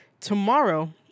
tomorrow